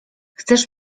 chcesz